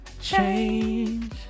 change